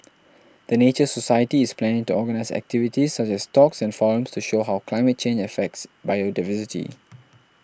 the Nature Society is planning to organise activities such as talks and forums to show how climate change affects biodiversity